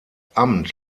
amt